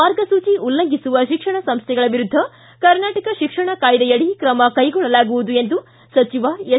ಮಾರ್ಗಸೂಚಿ ಉಲ್ಲಂಘಿಸುವ ಶಿಕ್ಷಣ ಸಂಸೈಗಳ ವಿರುದ್ಧ ಕರ್ನಾಟಕ ಶಿಕ್ಷಣ ಕಾಯ್ದೆಯಡಿ ಕ್ರಮ ಕೈಗೊಳ್ಳಲಾಗುವುದು ಎಂದು ಸಚಿವ ಎಸ್